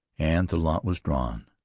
and the lot was drawn.